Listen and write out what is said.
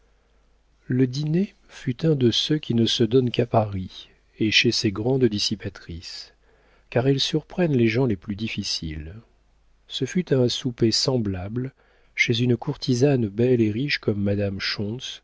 le dîner fut un de ceux qui ne se donnent qu'à paris et chez ces grandes dissipatrices car elles surprennent les gens les plus difficiles ce fut à un souper semblable chez une courtisane belle et riche comme madame